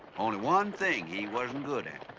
only one thing he wasn't good at.